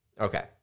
Okay